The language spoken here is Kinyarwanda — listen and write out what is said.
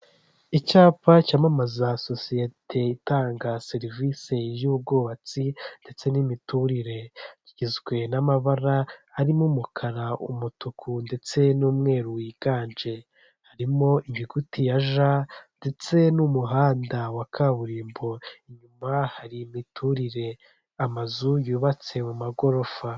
Ni inyubako irereye i Kigali Kabeza bari kutwereka ko ifite igikoni kigezweho, iyi nzu ikigaragara cyo iri kugurishwa kuko bari kutwereka ko ufite amadolari magana atanu mirongo itanu wabona iyi nzu, irimo ibikoresho bitandukanye, irimo ahantu bashobora gutekera n'aho bashobora gukarabira, harimo n'utubati.